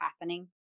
happening